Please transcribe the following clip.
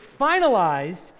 finalized